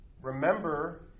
Remember